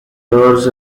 doors